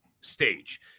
stage